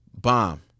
bomb